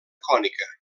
cònica